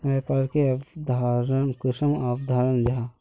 व्यापार की अवधारण कुंसम अवधारण जाहा?